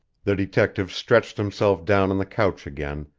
the detective stretched himself down on the couch again,